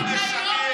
שרון.